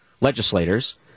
legislators